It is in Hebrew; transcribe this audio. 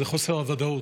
חוסר ודאות.